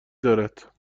دارد